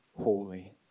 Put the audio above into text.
holy